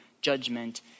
judgment